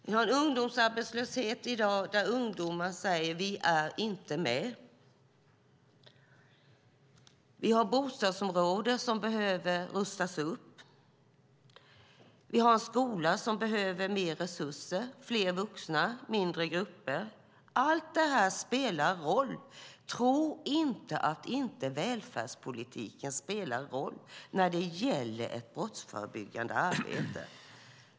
Det råder ungdomsarbetslöshet, och ungdomar säger att de inte är med. Det finns bostadsområden som behöver rustas upp. Skolan behöver mer resurser, fler vuxna och mindre grupper. Allt detta spelar roll. Tro inte att välfärdspolitiken inte spelar roll i det brottsförebyggande arbetet.